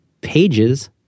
pages